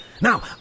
Now